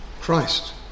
Christ